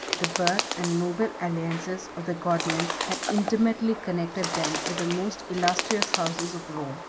the birth and noble alliances of the gordians had intimately connected them with the most illustrious houses of rome.